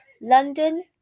London